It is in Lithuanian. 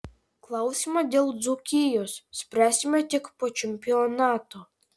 klausimą dėl dzūkijos spręsime tik po čempionato